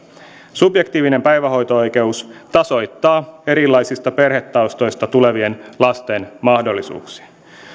subjektiivinen päivähoito oikeus tasoittaa erilaisista perhetaustoista tulevien lasten mahdollisuuksia